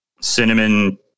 cinnamon